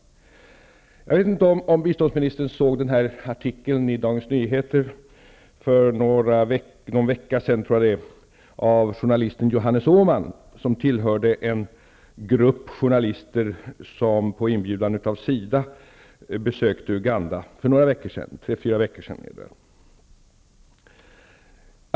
Jag vet inte om biståndsministern såg artikeln i Dagens Nyheter för någon vecka sedan av Uganda för tre eller fyra veckor sedan.